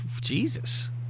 Jesus